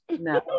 no